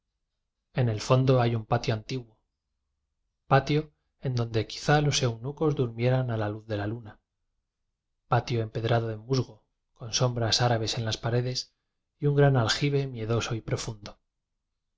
en el fondo hay un patio antiguo patio en donde quizá los eunucos durmieran a la luz de la luna patio empedrado de musgo con sombras árabes en las paredes y un gran aljibe mie doso y profundo